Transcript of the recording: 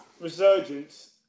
resurgence